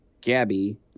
Gabby